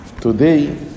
Today